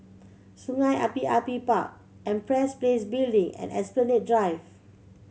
Sungei Api Api Park Empress Place Building and Esplanade Drive